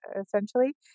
essentially